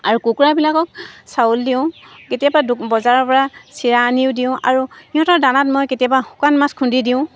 আৰু কুকুৰাবিলাকক চাউল দিওঁ কেতিয়াবা দো বজাৰৰ পৰা চিৰা আনিও দিওঁ আৰু সিহঁতৰ দানাত মই কেতিয়াবা শুকান মাছ খুন্দি দিওঁ